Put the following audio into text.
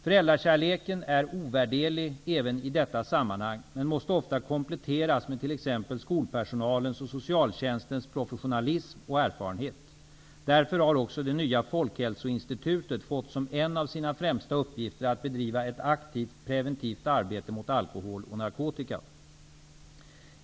Föräldrakärleken är ovärderlig även i detta sammanhang, men måste ofta kompletteras med t.ex. skolpersonalens och socialtjänstens professionalism och erfarenheter. Därför har också det nya Folkhälsoinstitutet fått som en av sina främsta uppgifter att bedriva ett aktivt preventivt arbete mot alkohol och narkotika.